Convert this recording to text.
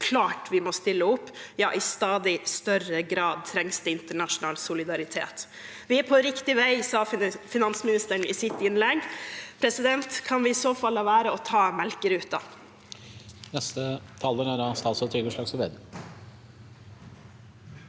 Klart vi må stille opp. Ja, i stadig større grad trengs det internasjonal solidaritet. Vi er på riktig vei, sa finansministeren i sitt innlegg. Kan vi i så fall la være å ta melkeruta?